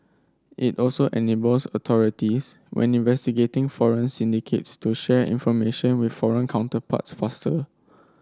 it also enables authorities when investigating foreign syndicates to share information with foreign counterparts faster